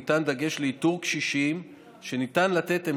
מושם דגש על איתור קשישים שניתן לתת להם